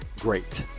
great